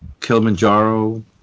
Kilimanjaro